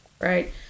right